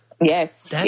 Yes